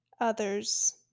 others